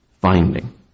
finding